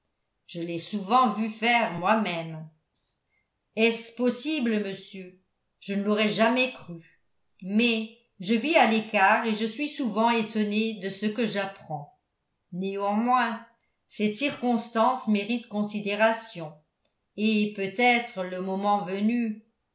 je l'ai souvent vu faire moi-même est-ce possible monsieur je ne l'aurais jamais cru mais je vis à l'écart et je suis souvent étonné de ce que j'apprends néanmoins cette circonstance mérite considération et peut-être le moment venu